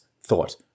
thought